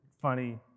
funny